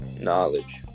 knowledge